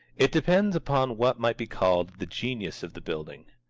it depends upon what might be called the genius of the building.